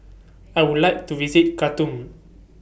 I Would like to visit Khartoum